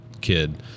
kid